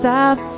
Stop